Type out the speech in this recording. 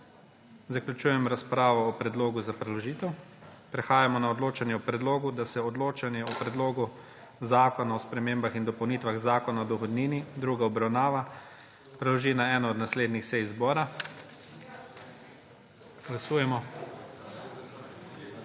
Zaključujem razpravo o predlogu za preložitev. Prehajamo na odločanje o predlogu, da se odločanje o Predlogu zakona o spremembah in dopolnitvah Zakona o dohodnini, druga obravnava, preloži na eno od naslednjih sej zbora. Glasujemo.